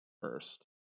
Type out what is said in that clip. first